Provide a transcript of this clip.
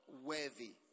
worthy